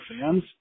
fans